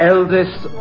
Eldest